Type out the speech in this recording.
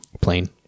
plain